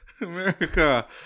America